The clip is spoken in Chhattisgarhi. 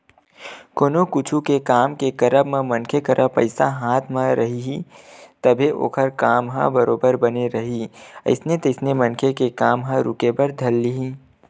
कोनो कुछु के काम के करब म मनखे करा पइसा हाथ म रइही तभे ओखर काम ह बरोबर बने रइही नइते मनखे के काम ह रुके बर धर लिही